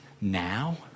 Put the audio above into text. now